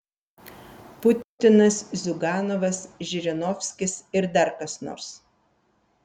putinas ziuganovas žirinovskis ir dar kas nors